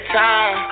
time